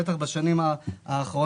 בטח בשנים האחרונות,